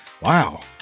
Wow